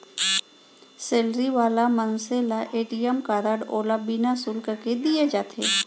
salary वाला मनसे ल ए.टी.एम कारड ओला बिना सुल्क के दिये जाथे